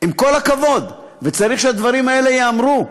עם כל הכבוד, וצריך שהדברים האלה ייאמרו.